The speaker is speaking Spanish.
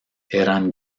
eran